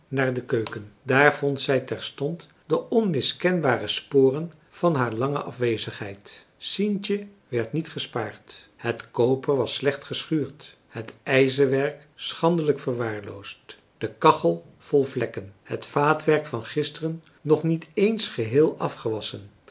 naar de keuken daar vond zij terstond de onmiskenbare sporen van haar lange afwezigheid sientje werd niet gespaard het koper was slecht geschuurd het ijzerwerk schandelijk verwaarloosd de kachel vol vlekken het vaatwerk van gisteren nog niet eens geheel afgewasschen